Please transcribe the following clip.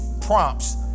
prompts